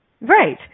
Right